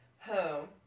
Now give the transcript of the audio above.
home